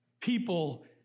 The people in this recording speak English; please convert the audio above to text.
people